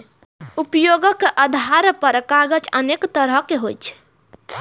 उपयोगक आधार पर कागज अनेक तरहक होइ छै